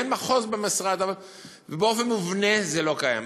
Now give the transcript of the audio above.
ואין מחוז במשרד אבל באופן מובנה זה לא קיים.